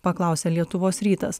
paklausė lietuvos rytas